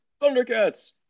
Thundercats